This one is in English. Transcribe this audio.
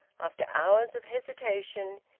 after hours of hesitation,